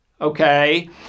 okay